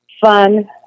fun